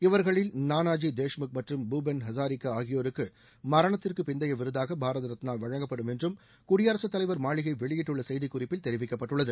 இவர்களில் நானாஜி தேஷ்முக் மற்றும் பூபென் ஹசாரிகா ஆகியோருக்கு மரணத்திற்கு பிந்தைய விருதாக பாரத் ரத்னா வழங்கப்படும் என்றும் குடியரசுத் தலைவர் மாளிகை வெளியிட்டுள்ள செய்திக் குறிப்பில் தெரிவிக்கப்பட்டுள்ளது